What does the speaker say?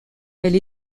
elle